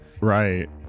Right